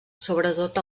sobretot